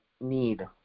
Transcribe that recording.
need